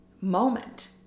moment